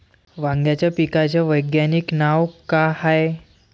वांग्याच्या पिकाचं वैज्ञानिक नाव का हाये?